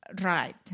right